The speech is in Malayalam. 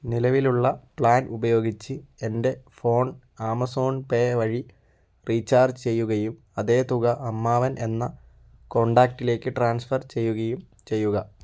നിലവിലുള്ള പ്ലാൻ ഉപയോഗിച്ച് എൻ്റെ ഫോൺ ആമസോൺ പേ വഴി റീചാർജ് ചെയ്യുകയും അതേ തുക അമ്മാവൻ എന്ന കോൺടാക്റ്റിലേക്ക് ട്രാൻസ്ഫർ ചെയ്യുകയും ചെയ്യുക